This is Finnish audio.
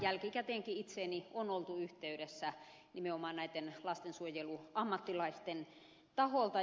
jälkikäteenkin itseeni on oltu yhteydessä nimenomaan näiden lastensuojeluammattilaisten taholta